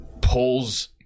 pulls